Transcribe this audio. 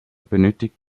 benötigt